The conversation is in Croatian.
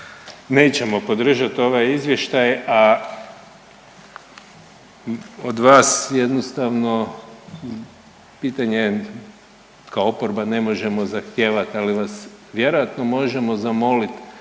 nećemo podržati ovaj izvještaj, a od vas jednostavno pitanje kao oporba ne možemo zahtijevat, ali vas vjerojatno možemo zamoliti